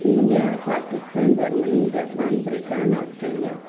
India Pakistan Germany Japan Britain Australia